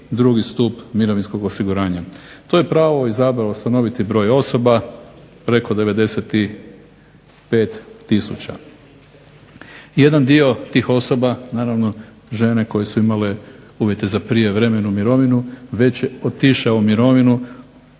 drugi stup mirovinskog osiguranja. To je pravo izabrao stanoviti broj osoba, preko 95 tisuća. Jedan dio tih osoba, naravno žene koje su imale uvjete za prijevremenu mirovinu, već je otišao u mirovinu